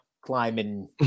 climbing